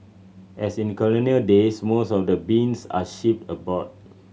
as in colonial days most of the beans are shipped abroad